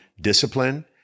discipline